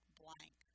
blank